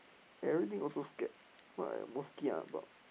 everything also scared what I most kia about